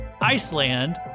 Iceland